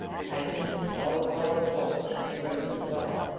taking his old gold watch from his fob,